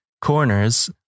corners